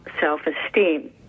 self-esteem